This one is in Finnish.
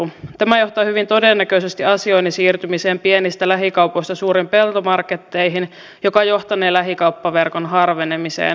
tämä johtaa hyvin todennäköisesti asioinnin siirtymiseen pienistä lähikaupoista suuriin peltomarketteihin mikä johtanee lähikauppaverkon harvenemiseen